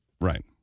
Right